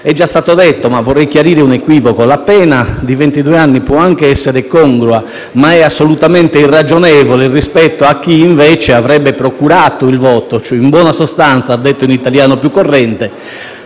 È già stato detto, ma vorrei chiarire un equivoco: la pena di ventidue anni può anche essere congrua, ma è assolutamente irragionevole rispetto a chi, invece, avrebbe procurato il voto. In buona sostanza, detto in italiano più corrente,